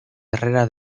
herrera